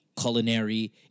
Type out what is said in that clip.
culinary